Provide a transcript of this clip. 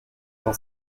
dans